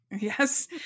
Yes